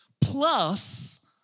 plus